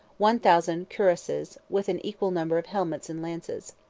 one thousand cuirasses, with an equal number of helmets and lances.